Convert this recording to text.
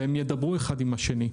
והם ידברו אחד עם השני.